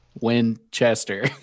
Winchester